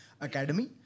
Academy